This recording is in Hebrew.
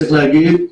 צריך להגיד,